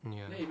ya